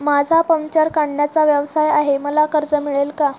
माझा पंक्चर काढण्याचा व्यवसाय आहे मला कर्ज मिळेल का?